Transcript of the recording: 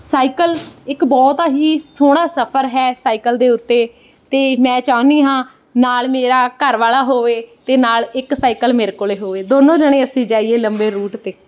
cycle ਇੱਕ ਬਹੁਤ ਹੀ ਸੋਹਣਾ ਸਫਰ ਹੈ ਸਾਈਕਲ ਦੇ ਉੱਤੇ ਅਤੇ ਮੈਂ ਚਾਹੁੰਦੀ ਹਾਂ ਨਾਲ ਮੇਰਾ ਘਰ ਵਾਲਾ ਹੋਵੇ ਅਤੇ ਨਾਲ ਇੱਕ ਸਾਈਕਲ ਮੇਰੇ ਕੋਲ ਹੋਵੇ ਦੋਨੋਂ ਜਣੇ ਅਸੀਂ ਜਾਈਏ ਲੰਬੇ ਰੂਟ 'ਤੇ